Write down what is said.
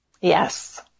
Yes